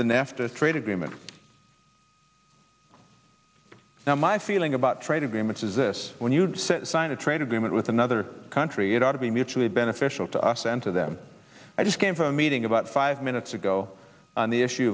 the nafta trade agreement now my feeling about trade agreements is this when you sign a trade agreement with another country it ought to be mutually beneficial to us and to them i just came from a meeting about five minutes ago on the issue